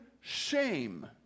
shame